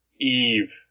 Eve